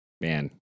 Man